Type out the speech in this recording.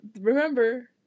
remember